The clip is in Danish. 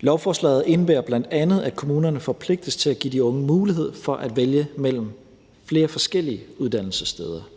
Lovforslaget indebærer bl.a., at kommunerne forpligtes til at give de unge mulighed for at vælge mellem flere forskellige uddannelsessteder.